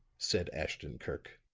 said ashton-kirk.